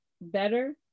better